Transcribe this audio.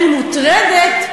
אני מוטרדת,